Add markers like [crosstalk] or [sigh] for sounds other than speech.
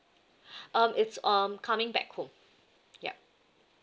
[breath] um it's um coming back home yup